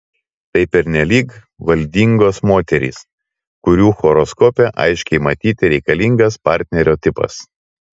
tai pernelyg valdingos moterys kurių horoskope aiškiai matyti reikalingas partnerio tipas